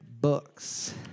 books